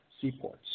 seaports